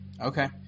Okay